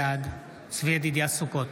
בעד צבי ידידיה סוכות,